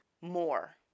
more